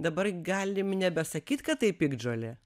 dabar galim nebesakyt kad tai piktžolė